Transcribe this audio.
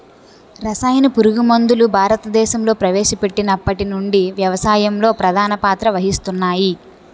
రసాయన పురుగుమందులు భారతదేశంలో ప్రవేశపెట్టినప్పటి నుండి వ్యవసాయంలో ప్రధాన పాత్ర వహిస్తున్నాయి